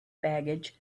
baggage